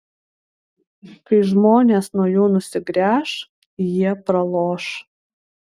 kai žmonės nuo jų nusigręš jie praloš